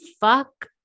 fuck